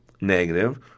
negative